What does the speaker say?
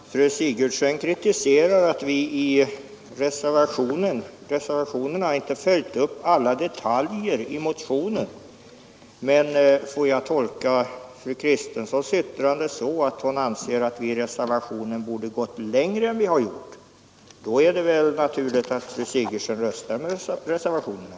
Herr talman! Fru Sigurdsen kritiserar att vi i reservationerna inte har följt upp alla detaljer i motionen. Får jag tolka fru Sigurdsens yttrande så att vi i reservationerna borde gått längre än vad vi har gjort, då är det väl naturligt att fru Sigurdsen röstar med reservationerna.